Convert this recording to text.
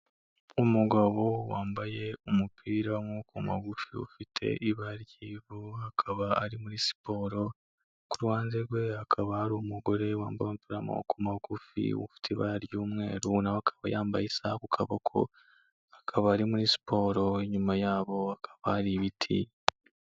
Umugabo wambaye umupira w'amaboko mugufi, ufite ibara ry'ivu akaba ari muri siporo, ku ruhande rwe hakaba hari umugore wambaye umupira w'amaboko magufi ufite ibara ry'umweru nawe akaba yambaye isaha ku kaboko, akaba ari muri siporo, inyuma ye hakaba hari ibiti.